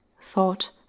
thought